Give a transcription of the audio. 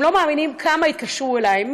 מאמינים כמה התקשרו אלי,